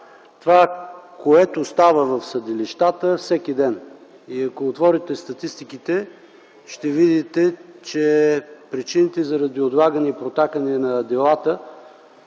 това, което става в съдилищата всеки ден. Ако отворите статистиките, ще видите, че причините за отлагане и протакане на делата,